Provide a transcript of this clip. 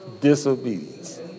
disobedience